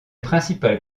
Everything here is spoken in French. principales